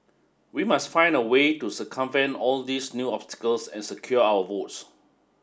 we must find a way to circumvent all these new obstacles and secure our votes